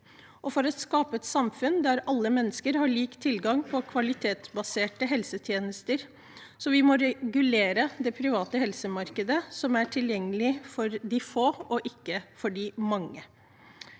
For å skape et samfunn der alle mennesker har lik tilgang på kvalitetsbaserte helsetjenester, må vi regulere det private helsemarkedet, som er tilgjengelig for de få og ikke for de mange.